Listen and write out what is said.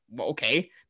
okay